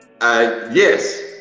Yes